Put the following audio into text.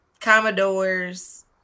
Commodores